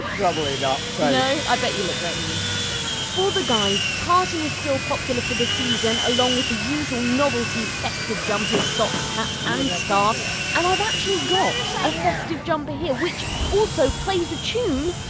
probably not, no no? i bet you look great in them. for the guys, tartan is still popular for the season, along with the usual novelty festive jumpers, socks, hats and scarfs and i've actually got a festive jumper here which also plays a tune,